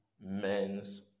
men's